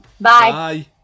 Bye